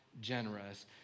generous